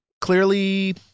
Clearly